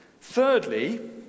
Thirdly